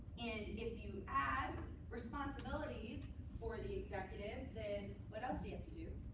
and if you add responsibilities for the executive, then what else do you have to do?